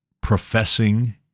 professing